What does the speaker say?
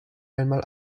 einmal